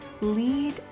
lead